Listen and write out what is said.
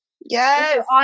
Yes